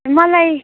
मलाई